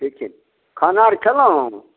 ठीक छी खाना आर खयलहुँ